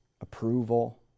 approval